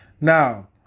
Now